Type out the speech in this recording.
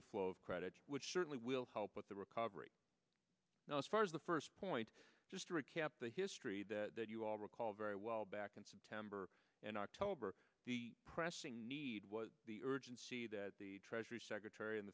the flow of credit which certainly will help with the recovery and as far as the first point just to recap the history that you all recall very well back in september and october the pressing need was the urgency that the treasury secretary